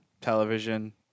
television